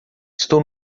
estou